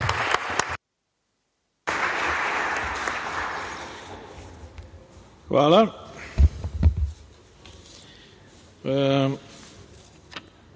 Hvala